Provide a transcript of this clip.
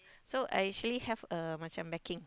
so I actually have a macam backing